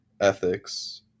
ethics